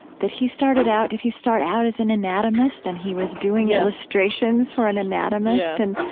that he started out did he start out as an anatomist and he was doing illustrations for an anatomist? and